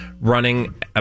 running